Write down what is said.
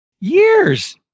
years